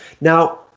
Now